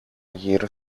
γύρω